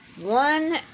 one